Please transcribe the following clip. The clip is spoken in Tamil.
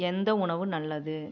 எந்த உணவு நல்லது